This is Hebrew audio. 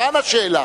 כאן השאלה,